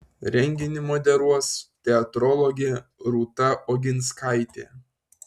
renginį moderuos teatrologė rūta oginskaitė